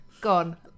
gone